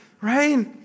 right